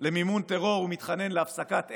למימון טרור ומתחנן להפסקת אש.